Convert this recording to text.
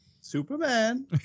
Superman